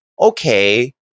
okay